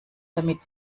damit